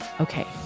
Okay